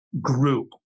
group